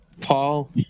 Paul